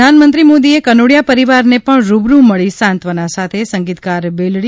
પ્રધાનમંત્રી મોદી એ કનોડિયા પરિવાર ને પણ રૂબરૂ મળી સાંત્વના સાથે સંગીતકાર બેલડી